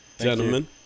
Gentlemen